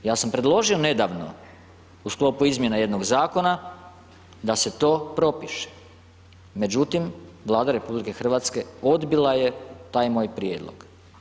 Ja sam predložio nedavno u sklopu izmjena jednog zakona da se to propiše, međutim Vlada RH odbila je taj moj prijedlog.